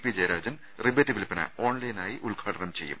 P Jayarajan rebate വിൽപ്പന ഓൺലൈനായി ഉദ്ഘാടനം ചെയ്യും